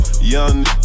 young